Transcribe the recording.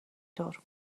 طور